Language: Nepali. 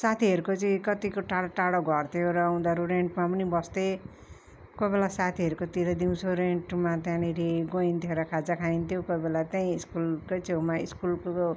साथीहरूको चाहिँ कतिको टाडो टाडो घर थियो र उनीहरू रेन्टमा पनि बस्थे कोई बेला साथीहरूकोतिर दिउँसो रेन्टमा त्यहाँनिर गइन्थ्यो र खाजा खाइन्थ्यो कोहीबेला त्यही स्कुलकै छेउमा स्कुलको